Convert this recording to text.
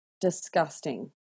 disgusting